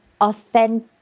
authentic